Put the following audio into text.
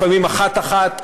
לפעמים אחת-אחת,